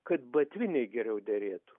kad batviniai geriau derėtų